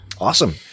Awesome